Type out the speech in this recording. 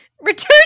Return